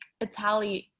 Italian